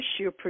issue